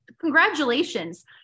congratulations